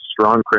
strong